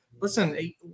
listen